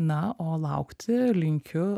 na o laukti linkiu